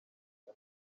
cya